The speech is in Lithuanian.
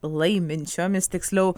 laiminčiomis tiksliau